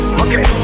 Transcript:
okay